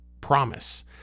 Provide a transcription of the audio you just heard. promise